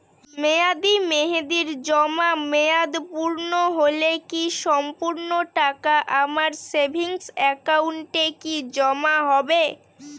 মেয়াদী মেহেদির জমা মেয়াদ পূর্ণ হলে কি সম্পূর্ণ টাকা আমার সেভিংস একাউন্টে কি জমা হবে?